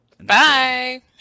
Bye